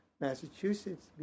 Massachusetts